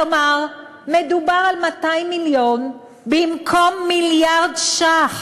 כלומר, מדובר על 200 מיליון במקום מיליארד ש"ח